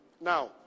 Now